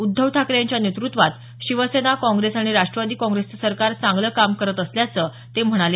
उद्धव ठाकरे यांच्या नेतृत्वात शिवसेना काँग्रेस आणि राष्ट्रवादी काँग्रेसचं सरकार चांगलं काम करत असल्याचं ते म्हणाले